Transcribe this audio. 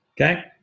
Okay